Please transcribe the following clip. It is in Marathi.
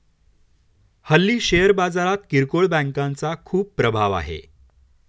हल्ली शेअर बाजारात किरकोळ बँकांचा खूप प्रभाव आहे